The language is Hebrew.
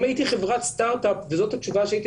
אם הייתי חברת סטרטאפ וזאת התשובה שהייתי